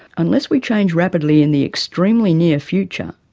unless we change rapidly in the extremely near future,